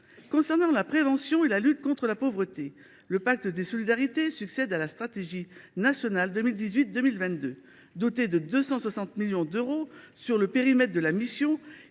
Concernant la prévention et la lutte contre la pauvreté, le pacte des solidarités succède à la stratégie nationale 2018 2022. Doté de 260 millions d’euros sur le périmètre de la mission,